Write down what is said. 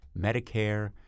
Medicare